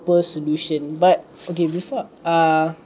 solution but okay before uh